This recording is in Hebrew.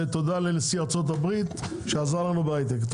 ותודה לנשיא ארצות הברית שעזר לנו בהייטק.